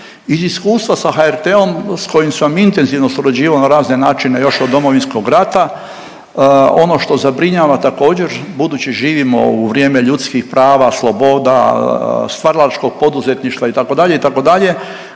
Iz iskustva sa HRT-om s kojim sam intenzivno surađivao na razne načine još od Domovinskog rata, ono što zabrinjava također budući živimo u vrijeme ljudskih prava, sloboda, stvaralačkog poduzetništva itd., itd.,